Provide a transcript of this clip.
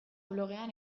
blogean